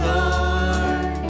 Lord